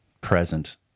present